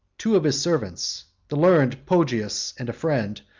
two of his servants, the learned poggius and a friend,